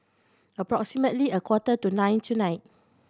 approximately a quarter to nine tonight